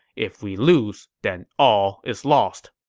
if we lose, then all is lost.